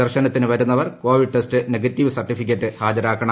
ദർശനത്തിന് വരുന്നവർ Covid test negative certificate ഹാജരാക്കണം